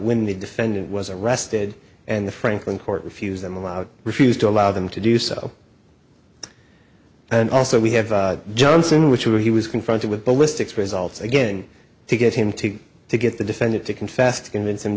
when the defendant was arrested and the franklin court refused them allowed refused to allow them to do so and also we have johnson which were he was confronted with but with sticks results again to get him to to get the defendant to confess to convince